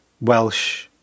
Welsh